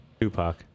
Tupac